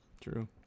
true